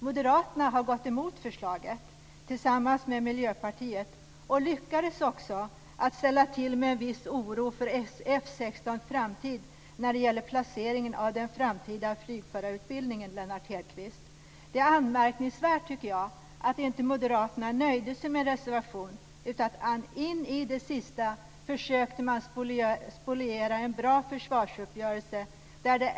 Moderaterna har tillsammans med Miljöpartiet gått emot förslaget och lyckades också att ställa till med en viss oro för F 16:s framtid när det gällde placeringen av den framtida flygförarutbildningen, Det är anmärkningsvärt, tycker jag, att inte moderaterna nöjde sig med en reservation utan in i det sista försökte spoliera en bra försvarsuppgörelse.